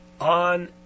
on